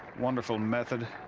wonderful method.